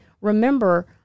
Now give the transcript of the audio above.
remember